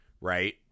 right